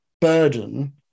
burden